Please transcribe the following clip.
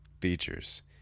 features